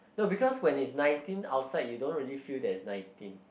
no because when it's nineteen outside you don't really feel that its nineteen